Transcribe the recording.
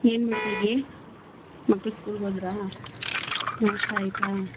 ಏನ್ಮಾಡ್ತಾಯಿದ್ಯೇ ಮಕ್ಕಳು ಸ್ಕೂಲ್ಗೋದ್ರಾ ನಾಷ್ಟಾ ಆಯ್ತಾ